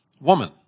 woman